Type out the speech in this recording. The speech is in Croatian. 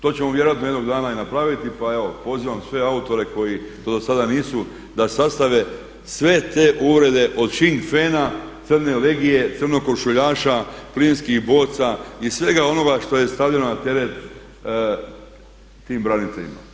To ćemo vjerojatno jednog dana i napraviti, pa evo pozivam sve autore koji to do sada nisu, da sastave sve te uvrede od .. crne legije, crnokošuljaša, plinskih boca i svega onoga što je stavljeno na teret tim braniteljima.